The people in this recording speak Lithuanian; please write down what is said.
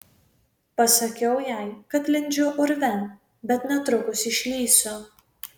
pasakiau jai kad lindžiu urve bet netrukus išlįsiu